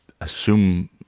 assume